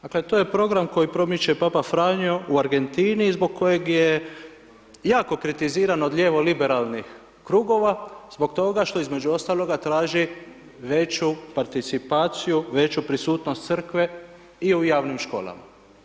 Dakle, to je program koji promiče Papa Franjo u Argentini i zbog kojeg je jako kritiziran od lijevo liberalnih krugova, zbog toga što između ostaloga traži veću participaciju, veću prisutnost Crkve i u javnim školama.